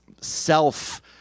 self